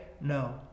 No